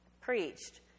preached